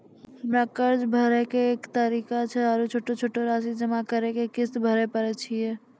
हमरा कर्ज भरे के की तरीका छै आरू छोटो छोटो रासि जमा करि के किस्त भरे पारे छियै?